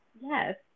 Yes